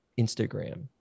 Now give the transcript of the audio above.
Instagram